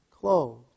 clothed